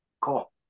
cool